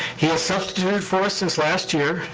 he has substituted for us since last year,